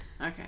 Okay